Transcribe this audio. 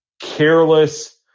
careless